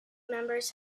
members